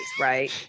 Right